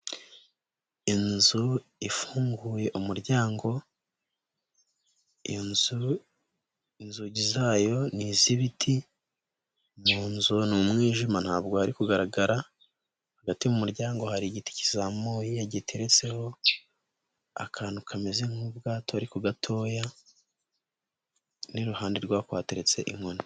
Inzu ifunguye umuryango, inzu inzugi zayo ni iz'ibiti, mu nzu ni umwijima ntabwo hari kugaragara, hagati mu muryango hari igiti kizamuye giteretseho akantu kameze nk'ubwato ariko gatoya n'iruhande rwakwo hateretse inkoni.